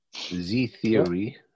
Z-theory